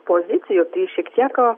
pozicijųtai šiek tiek